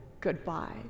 goodbye